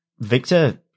Victor